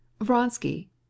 Vronsky